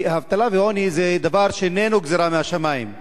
אבטלה ועוני זה דבר שאיננו גזירה משמים.